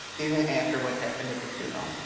even after what happened at the funeral,